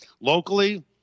Locally